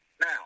Now